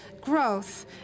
growth